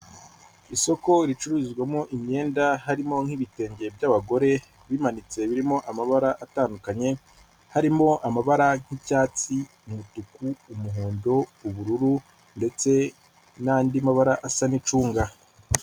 Isoko ricuruzwamo imyenda harimo nk'ibitenge by'abagore bimanitse birimo amabara atandukanye, harimo amabara nk'icyatsi, umutuku, umuhondo, ubururu ndetse n'andi mabara asa n'icunga.